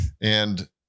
And-